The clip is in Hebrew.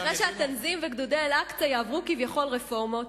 אחרי שה'תנזים' ו'גדודי אל-אקצא' יעברו כביכול רפורמות.